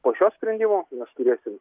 po šio sprendimo mes turėsim